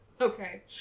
Okay